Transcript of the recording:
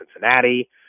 Cincinnati